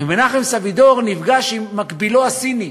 מנחם סבידור נפגש עם מקבילו הסיני.